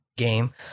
Game